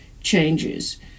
changes